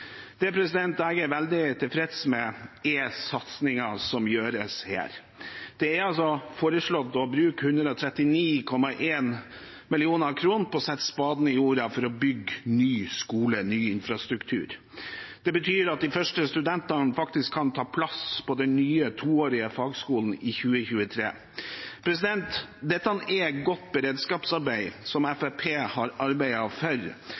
jeg er veldig tilfreds med, er satsingen som gjøres her. Det er foreslått å bruke 139,1 mill. kr på å sette spaden i jorda for å bygge ny skole og ny infrastruktur. Det betyr at de første studentene faktisk kan ta plass på den nye toårige fagskolen i 2023. Dette er godt beredskapsarbeid, som Fremskrittspartiet har arbeidet for,